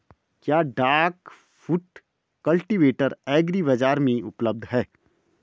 क्या duck foot cultivator agri बाज़ार में उपलब्ध है?